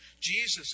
Jesus